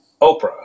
Oprah